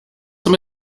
some